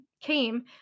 came